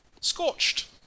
Scorched